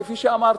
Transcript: כפי שאמרתי,